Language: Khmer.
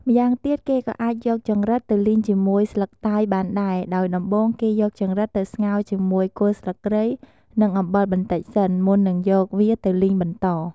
ម្យ៉ាងទៀត គេក៏អាចយកចង្រិតទៅលីងជាមួយស្លឹកតើយបានដែរ ដោយដំបូង គេយកចង្រិតទៅស្ងោរជាមួយគល់ស្លឹកគ្រៃ និងអំបិលបន្តិចសិន មុននឹងយកវាទៅលីងបន្ត។